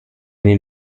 den